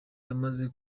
yamaze